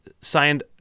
signed